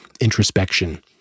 introspection